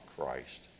Christ